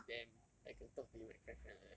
damn like you can talk to him like friend friend like that